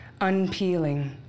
unpeeling